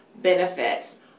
benefits